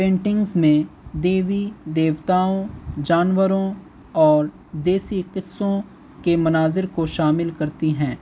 paintings میں دیوی دیوتاؤں جانوروں اور دیسی قصوں کے مناظر کو شامل کرتی ہیں